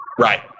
Right